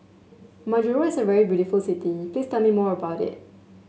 Majuro is a very beautiful city please tell me more about it